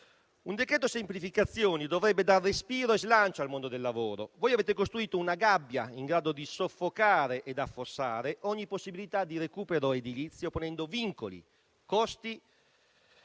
Un decreto semplificazioni dovrebbe dare respiro e slancio al mondo del lavoro, ma voi avete costruito una gabbia, in grado di soffocare e affossare ogni possibilità di recupero edilizio, ponendo vincoli, costi